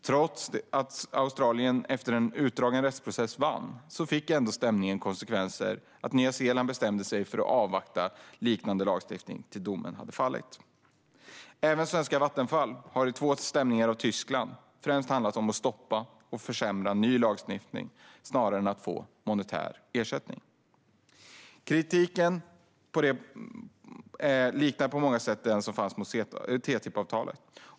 Trots att Australien vann efter en utdragen rättsprocess fick stämningen ändå konsekvensen att Nya Zeeland bestämde sig för att avvakta med en liknande lagstiftning tills domen hade fallit. Även svenska Vattenfalls två stämningar av Tyskland har främst handlat om att stoppa och försämra ny lagstiftning snarare än att få monetär ersättning. Kritiken liknar på många sätt den som fanns mot TTIP-avtalet.